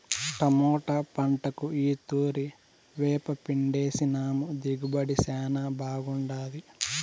tomato పంటకు ఈ తూరి వేపపిండేసినాము దిగుబడి శానా బాగుండాది